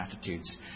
attitudes